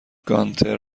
گانتر